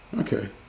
Okay